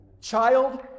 Child